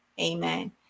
Amen